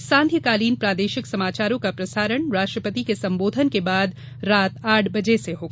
आज सांध्यकालीन प्रादेशिक समाचारों का प्रसारण राष्ट्रपति के सम्बोधन के बाद रात्रि आठ बजे से होगा